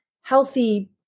healthy